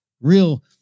real